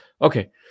okay